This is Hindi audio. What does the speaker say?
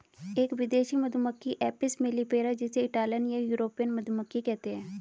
एक विदेशी मधुमक्खी एपिस मेलिफेरा जिसे इटालियन या यूरोपियन मधुमक्खी कहते है